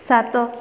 ସାତ